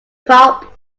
pope